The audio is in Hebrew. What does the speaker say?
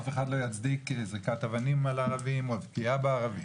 אף אחד לא יצדיק זריקת אבנים על ערבים או פגיעה בערבים.